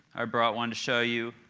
i brought one to show you,